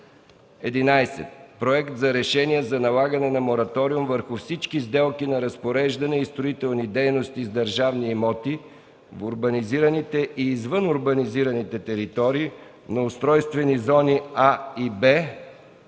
11. Проект за решение за налагане на Мораториум върху всички сделки на разпореждане и строителни дейности с държавни имоти в урбанизираните и извън урбанизираните територии на устройствени зони „А” и „Б”